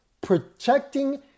protecting